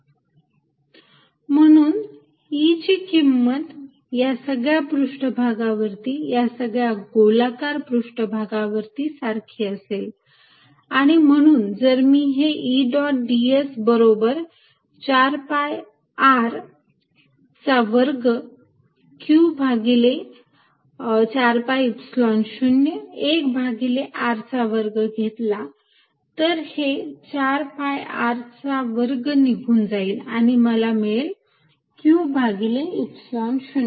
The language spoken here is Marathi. ds4πr2q4π01r2q0 म्हणून E ची किंमत या सगळ्या पृष्ठभागावरती या सगळ्या गोलाकार पृष्ठभागावरती सारखी असेल आणि म्हणून जर मी E डॉट ds बरोबर 4 pi r चा वर्ग q भागिले 4 pi Epsilon 0 1 भागिले r चा वर्ग घेतला तर हे 4 pi r चा वर्ग निघून जाईल आणि हे मला मिळेल q भागिले Epsilon 0